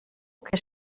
que